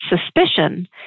suspicion